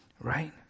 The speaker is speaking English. right